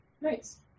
Nice